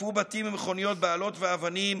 תקפו בתים ומכוניות באלות ואבנים,